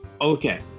Okay